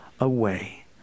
away